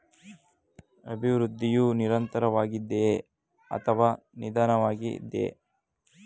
ಅಭಿವೃದ್ಧಿಯು ನಿರಂತರವಾಗಿದೆಯೇ ಅಥವಾ ನಿಧಾನವಾಗಿದೆಯೇ?